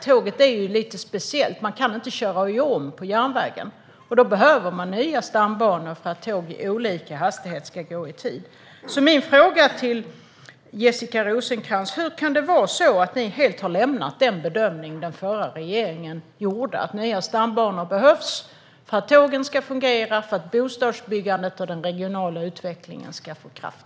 Man kan ju inte köra om på järnvägen, och då behöver man nya stambanor för att tåg med olika hastighet ska gå i tid. Min fråga till Jessica Rosencrantz är därför: Hur kan det komma sig att ni helt har lämnat den bedömning den förra regeringen gjorde, att nya stambanor behövs för att tågen ska fungera och för att bostadsbyggandet och den regionala utvecklingen ska få kraft?